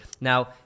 Now